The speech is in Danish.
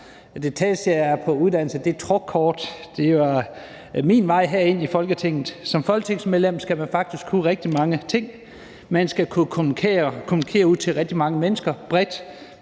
Det tætteste, jeg er på uddannelse, er truckkort. Det var min vej herind i Folketinget. Som folketingsmedlem skal man faktisk kunne rigtig mange ting. Man skal kunne kommunikere ud til rigtig mange mennesker, bredt